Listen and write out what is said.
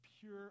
pure